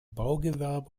baugewerbe